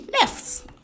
left